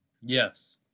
Yes